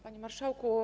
Panie Marszałku!